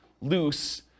loose